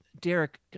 Derek